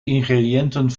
ingrediënten